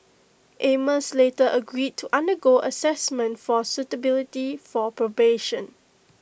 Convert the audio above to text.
amos later agreed to undergo Assessment for suitability for probation